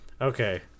okay